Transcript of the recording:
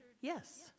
yes